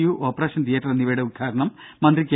U operation theatre എന്നിവയുടെ ഉദ്ഘാടനം മന്ത്രി കെ